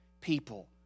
people